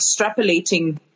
extrapolating